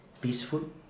peaceful